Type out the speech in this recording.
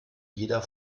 jeder